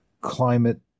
climate